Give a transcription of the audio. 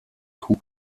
kuh